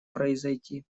произойти